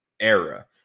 era